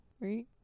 right